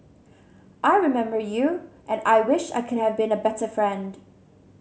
I remember you and I wish I could have been a better friend